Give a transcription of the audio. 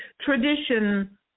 tradition